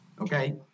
okay